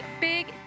big